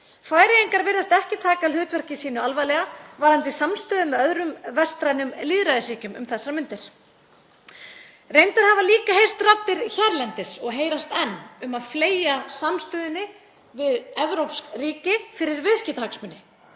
Færeyingar virðast ekki taka hlutverk sitt alvarlega varðandi samstöðu með öðrum vestrænum lýðræðisríkjum um þessar mundir. Reyndar hafa líka heyrst raddir hérlendis, og heyrast enn, um að fleygja samstöðunni við evrópsk ríki fyrir viðskiptahagsmuni.